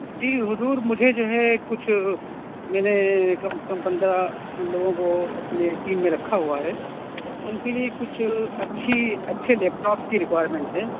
جی حضور مجھے جو ہے کچھ میں نے کم سے کم پندرہ لوگوں کو اپنے ٹیم رکھا ہوا ہے ان کے لیے کچھ اچھی اچھے لیب ٹاپس کی ریکوائرمنٹ تھے